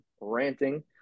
ranting